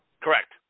Correct